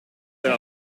der